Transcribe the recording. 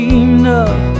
enough